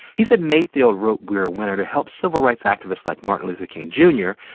he said mayfield wrote we're a winner to help civil rights activists like martin luther king jr.